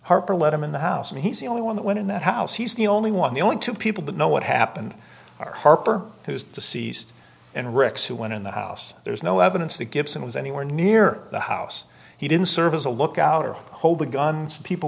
harper let him in the house and he's the only one that went in that house he's the only one the only two people that know what happened harper who is deceased and rex who went in the house there's no evidence that gibson was anywhere near the house he didn't serve as a lookout or hold a gun so people